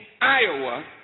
Iowa